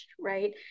right